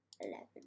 eleven